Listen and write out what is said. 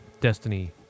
destiny